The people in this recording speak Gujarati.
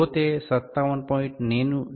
જો તે 57